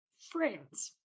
friends